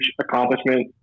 accomplishment